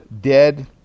dead